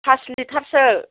pass लिटारसो